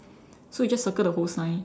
so you just circle the whole sign